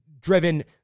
driven